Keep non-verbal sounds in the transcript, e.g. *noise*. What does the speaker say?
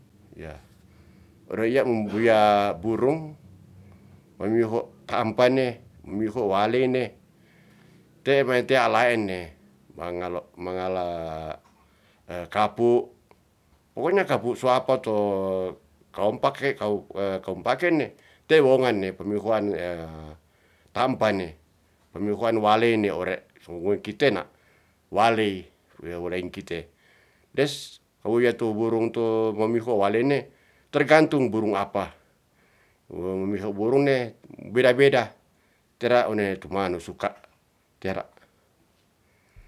Ya' ore ya' mbuya burung mamiho tampane, mamiho waleyne, te'e te'a laene mangalo, mangala *hesitation* kapu, pokokya kapu soapa to kaompak he kau, kau mpakeni te wongan ne pemihoan *hesitation* tampane, pemihoan waleyne ore su wu kite na waley, wi waleng kite des. Wa wiuya burung to mamiho walene, tergantung burung apa mamiho burungne beda-beda tera one tu manu suka tera